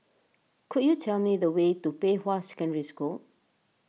could you tell me the way to Pei Hwa Secondary School